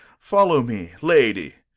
follow me, lady.